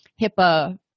HIPAA